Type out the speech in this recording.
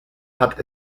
hat